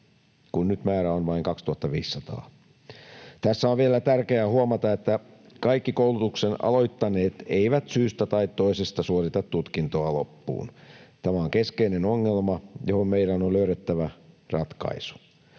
kun nyt määrä on vain 2 500. Tässä on vielä tärkeää huomata, että kaikki koulutuksen aloittaneet eivät syystä tai toisesta suorita tutkintoa loppuun. Tämä on keskeinen ongelma, johon meidän on löydettävä ratkaisu.